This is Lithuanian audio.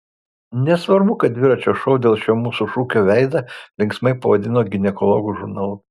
nesvarbu kad dviračio šou dėl šio mūsų šūkio veidą linksmai pavadino ginekologų žurnalu